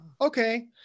okay